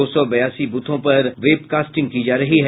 दो सौ बयासी बूथों पर वेबकास्टिंग की जा रही है